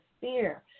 fear